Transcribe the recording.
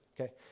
okay